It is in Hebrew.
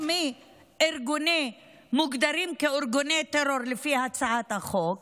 מארגונים שמוגדרים כארגוני טרור לפי הצעת החוק,